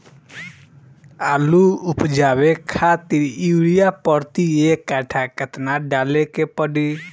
आलू उपजावे खातिर यूरिया प्रति एक कट्ठा केतना डाले के पड़ी?